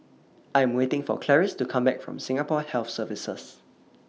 I Am waiting For Clarice to Come Back from Singapore Health Services